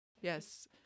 Yes